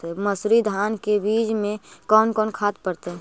मंसूरी धान के बीज में कौन कौन से खाद पड़तै?